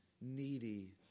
needy